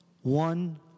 one